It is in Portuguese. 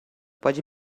pode